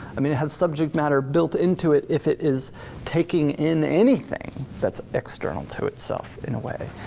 i mean it has subject matter built into it if it is taking in anything that's external to itself in a way.